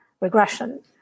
regression